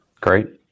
Great